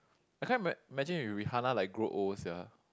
I can't ima~ imagine if Rihanna like grow old sia